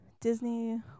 Disney